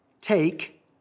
Take